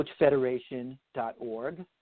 coachfederation.org